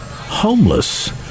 homeless